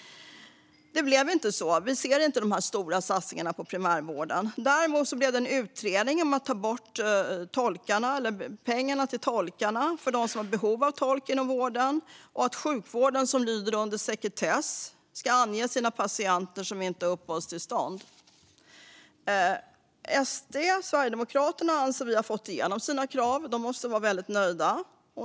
Det blev inte så. Vi ser inte de stora satsningarna på primärvården. Däremot blir det en utredning om att ta bort pengarna för tolkar för dem som har behov av tolk inom vården och om att sjukvården, som lyder under sekretess, ska ange patienter som inte har uppehållstillstånd. Sverigedemokraterna har, anser vi, fått igenom sina krav. De måste vara väldigt nöjda.